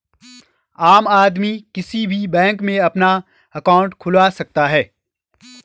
आम आदमी किसी भी बैंक में अपना अंकाउट खुलवा सकता है